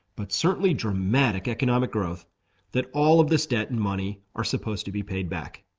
but certainly dramatic economic growth that all of this debt and money are suppose to be paid back.